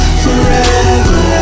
forever